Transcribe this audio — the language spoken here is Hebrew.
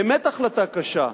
באמת החלטה קשה,